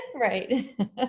Right